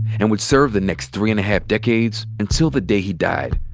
and would serve the next three and a half decades until the day he died.